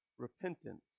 repentance